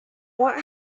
what